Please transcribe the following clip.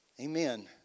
Amen